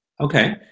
Okay